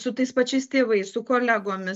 su tais pačiais tėvais su kolegomis